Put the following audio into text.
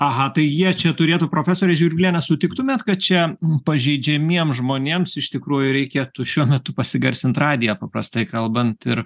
aha tai jie čia turėtų profesore žvirbliene sutiktumėt kad čia pažeidžiamiem žmonėms iš tikrųjų reikėtų šiuo metu pasigarsint radiją paprastai kalbant ir